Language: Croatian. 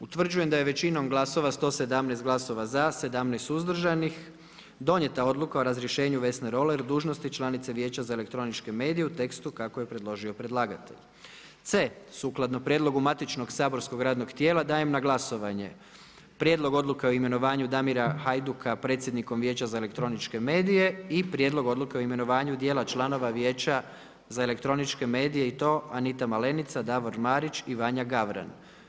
Utvrđujem da je većinom glasova, 117 glasova za, 17 suzdržanih, donijeta Odluka o razrješenju Vesne Roller na dužnost članice Vijeća za elektroničke medije u tekstu kako je predložio predlagatelj. c) Sukladno prijedlogu matičnog saborskog radnog tijela, dajem na glasovanje Prijedlog odluke o imenovanju Damira Hajduka predsjednikom Vijeća za elektroničke medije i Prijedlog odluke o imenovanju dijela članova Vijeća za elektroničke medije i to Anita Malenica, Davor Marić i Vanja Gavran.